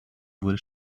wurde